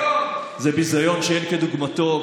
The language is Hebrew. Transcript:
זה ביזיון שאין כדוגמתו.